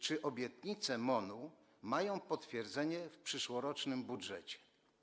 Czy obietnice MON-u mają potwierdzenie w przyszłorocznym budżecie?